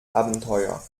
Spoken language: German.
abenteuer